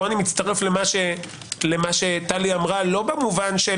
פה מצטרף למה שטלי אמרה לא במובן של